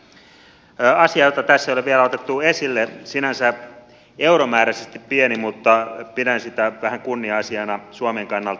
asia jota tässä ei ole vielä otettu esille on sinänsä euromääräisesti pieni mutta pidän sitä vähän kunnia asiana suomen kannalta